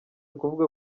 kuvuga